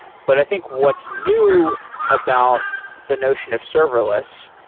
but i think what's new about the notion of serverless,